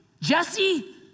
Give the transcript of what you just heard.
Jesse